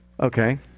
Okay